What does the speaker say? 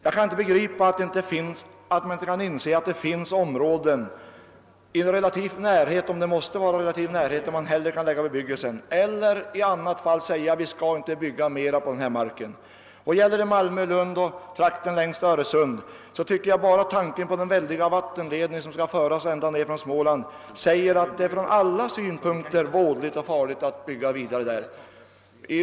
Jag kan inte begripa att man inte kan inse att det finns andra områden i relativ närhet — om det nu måste vara i relativ närhet — där man hellre skulle kunna lägga bebyggelsen eller helt enkelt säga, att vi inte skall bygga mer på denna mark. I fråga om området Malmö—Lund och trakten längs Öresund tycker jag att bara tanken på den väldiga vattenledning som skall föras ned ända från Småland säger att det från alla synpunkter är vådligt och farligt att bygga vidare där.